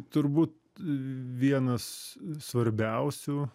turbūt vienas svarbiausių